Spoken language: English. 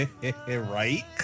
right